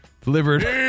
delivered